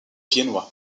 viennois